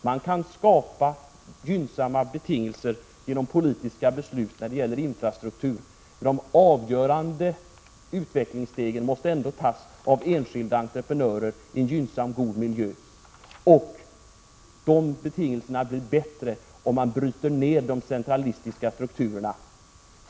Man kan skapa gynnsamma betingelser genom politiska beslut när det gäller infrastruktur, men de avgörande utvecklingsstegen måste ändå tas av enskilda entreprenörer i en gynnsam god miljö. De betingelserna blir bättre, om man bryter ner de centralistiska strukturerna.